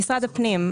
משרד הפנים.